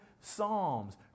psalms